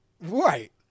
Right